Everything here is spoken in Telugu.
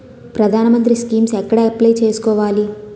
ప్రధాన మంత్రి స్కీమ్స్ ఎక్కడ అప్లయ్ చేసుకోవాలి?